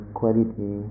quality